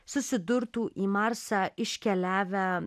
susidurtų į marsą iškeliavę